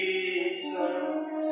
Jesus